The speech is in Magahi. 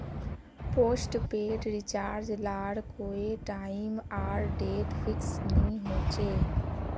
पोस्टपेड रिचार्ज लार कोए टाइम आर डेट फिक्स नि होछे